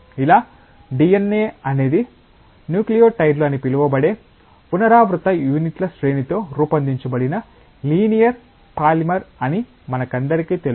ఇలా DNA అనేది న్యూక్లియోటైడ్లు అని పిలువబడే పునరావృత యూనిట్ల శ్రేణితో రూపొందించబడిన లినియర్ పాలిమర్ అని మనందరికీ తెలుసు